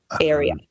area